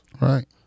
Right